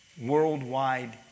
worldwide